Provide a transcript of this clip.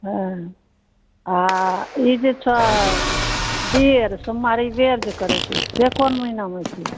हँ हँ ई जे छौ बेर सोमबारी बेर जे करैत छै से कोन महिनामे होइत छै